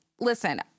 listen